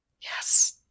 yes